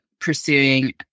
pursuing